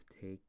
take